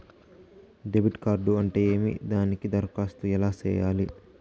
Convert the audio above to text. debit card అంటే ఏమి దానికి దరఖాస్తు ఎలా సేయాలి